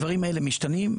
הדברים האלה משתנים,